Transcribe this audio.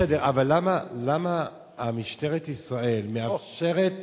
בסדר, אבל למה משטרת ישראל מאפשרת